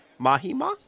Mahima